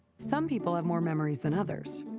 some people have more memories than others.